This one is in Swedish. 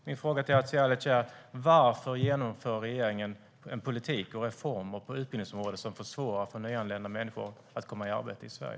Min fråga till Hadzialic är: Varför genomför regeringen en politik och reformer på utbildningsområdet som försvårar för nyanlända människor att komma i arbete i Sverige?